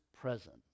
present